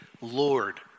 Lord